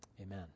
amen